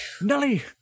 Nelly